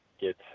get